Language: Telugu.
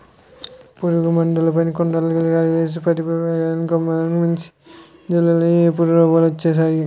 పురుగుల మందులుని కుండలో కలిపేసి పదియాకులున్న కొమ్మలిని ముంచి జల్లేవాళ్ళు ఇప్పుడు రోబోలు వచ్చేసేయ్